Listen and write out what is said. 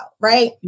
right